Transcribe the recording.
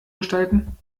gestalten